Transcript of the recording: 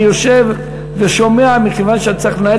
אני יושב ושומע מכיוון שאני צריך לנהל